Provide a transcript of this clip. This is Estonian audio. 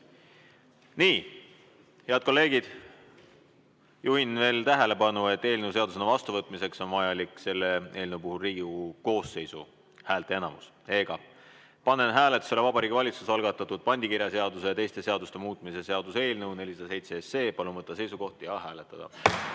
Head kolleegid, juhin veel tähelepanu, et eelnõu seadusena vastuvõtmiseks on vajalik selle eelnõu puhul Riigikogu koosseisu häälteenamus. Panen hääletusele Vabariigi Valitsuse algatatud pandikirjaseaduse ja teiste seaduste muutmise seaduse eelnõu 407. Palun võtta seisukoht ja hääletada!